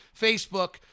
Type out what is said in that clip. Facebook